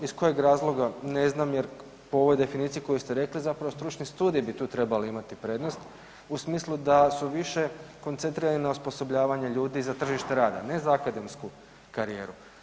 Iz kojeg razloga, ne znam jer po ovoj definiciji koju ste rekli zapravo stručni studiji bi tu trebali imati prednost u smislu da su više koncentrirani na osposobljavanje ljudi za tržište rada, ne za akademsku karijeru.